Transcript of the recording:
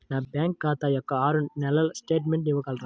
నా బ్యాంకు ఖాతా యొక్క ఆరు నెలల స్టేట్మెంట్ ఇవ్వగలరా?